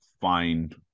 find